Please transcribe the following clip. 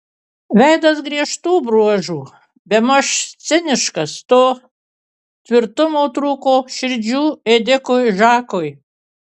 veidas griežtų bruožų bemaž ciniškas to tvirtumo trūko širdžių ėdikui žakui